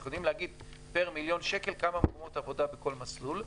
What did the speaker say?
אנחנו יודעים להגיד פר מיליון שקל כמה מקומות עבודה בכל מסלול.